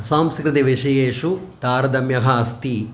संस्कृतिविषयेषु तारतम्यः अस्ति